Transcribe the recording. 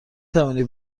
توانی